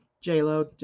J-Lo